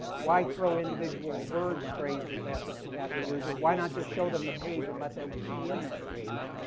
why throw individual word phrases at the at the user? why not just show them the page and let them key in that page?